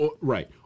Right